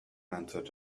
answered